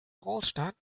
großstadt